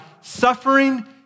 suffering